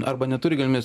arba neturi galimybės